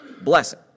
blessing